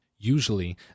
Usually